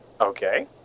Okay